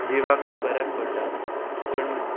जिवाक ते बऱ्याक पडटात पूण